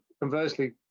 conversely